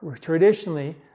traditionally